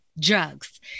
drugs